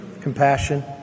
compassion